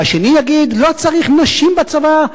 והשני יגיד: לא צריך נשים בצבא,